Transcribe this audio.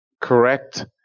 correct